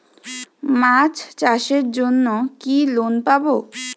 মাছ চাষের জন্য কি লোন পাব?